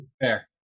Fair